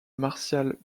martial